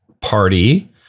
party